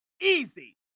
easy